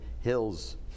hills